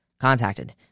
Contacted